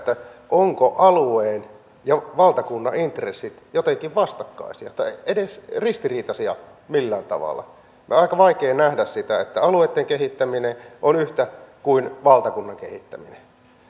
ovatko alueen ja valtakunnan intressit jotenkin vastakkaisia tai edes ristiriitaisia millään tavalla aika vaikea nähdä sitä alueitten kehittäminen on yhtä kuin valtakunnan kehittäminen